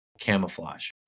camouflage